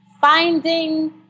finding